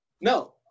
No